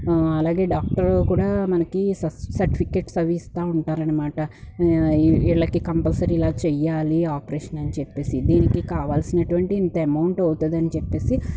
అలాగే డాక్టర్ కూడా మనకి సస్ సర్టిఫికేట్స్ అవి ఇస్తా ఉంటారన్నమాట వీళ్ళకి కంపల్సరీ ఇలా చెయ్యాలి ఆపరేషన్ అని చెప్పేసి దీనికి కావలసినటువంటి ఇంత అమౌంట్ అవుతుంది అని చెప్పేసి